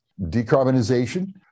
Decarbonization